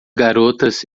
garotas